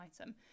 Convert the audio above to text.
item